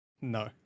No